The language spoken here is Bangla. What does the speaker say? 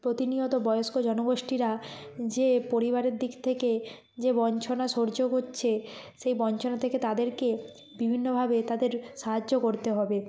প্রতিনিয়ত বয়স্ক জনগোষ্ঠীরা যে পরিবারের দিক থেকে যে বঞ্চনা সহ্য করছে সেই বঞ্চনার থেকে তাদেরকে বিভিন্নভাবে তাদের সাহায্য করতে হবে